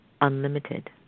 unlimited